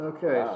Okay